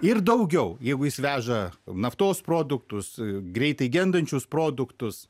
ir daugiau jeigu jis veža naftos produktus greitai gendančius produktus